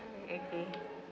mmhmm